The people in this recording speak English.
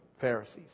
Pharisees